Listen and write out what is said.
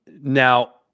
Now